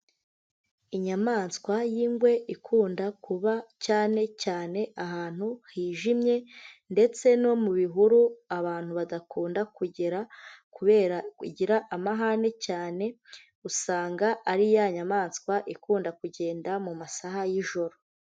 Inyamaswa y'ingwe, ikunda kuba cyane cyane ahantu hijimye, ndetse no mu bihuru abantu badakunda kugera, kubera kugira amahane cyane. Usanga ari ya nyamaswa ikunda kugenda mu masaha y'ijoro.